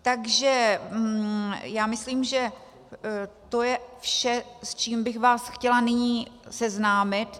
Takže myslím, že to je vše, s čím bych vás chtěla nyní seznámit.